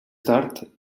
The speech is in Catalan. tard